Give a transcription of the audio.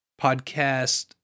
podcast